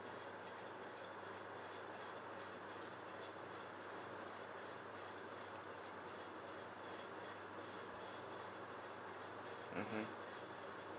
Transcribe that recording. mmhmm